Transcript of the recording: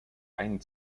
einen